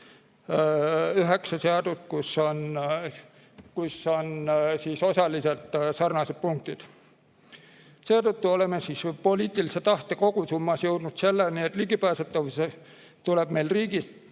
üheksa seadust, kus on osaliselt sarnased punktid. Seetõttu oleme poliitilise tahte kogusummas jõudnud selleni, et ligipääsetavust tuleb meil riigis